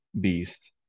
beast